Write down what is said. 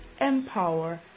empower